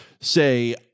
say